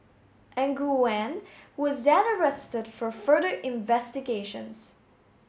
Nguyen was then arrested for further investigations